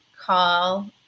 call